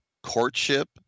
courtship